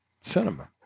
cinema